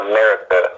America